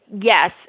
yes